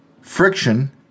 Friction